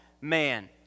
man